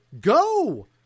Go